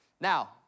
Now